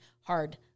hard